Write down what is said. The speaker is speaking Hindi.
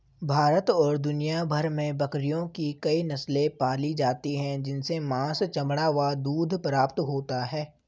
भारत और दुनिया भर में बकरियों की कई नस्ले पाली जाती हैं जिनसे मांस, चमड़ा व दूध प्राप्त होता है